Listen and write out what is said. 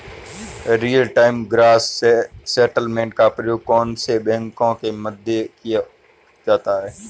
Real time gross settlement का प्रयोग कौन से बैंकों के मध्य किया जाता है?